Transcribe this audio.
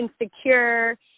insecure